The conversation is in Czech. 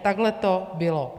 Takhle to bylo.